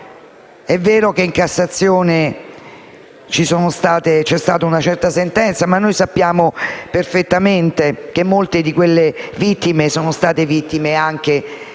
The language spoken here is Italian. È vero che in Cassazione vi è stata una certa sentenza, ma noi sappiamo perfettamente che molte di quelle vittime sono state causate anche dalle